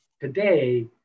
Today